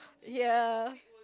yeah